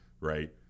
right